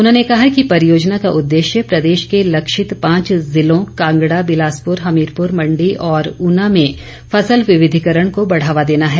उन्होंने कहा कि पॅरियोजना का उद्देश्य प्रदेश के लक्षित पांच जिलों कांगड़ा बिलासपुर हमीरपुर मंडी और ऊना में फसल विविधिकरण को बढ़ावा देना है